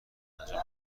انجام